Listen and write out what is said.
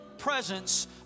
presence